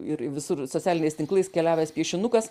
ir visur socialiniais tinklais keliavęs piešinukas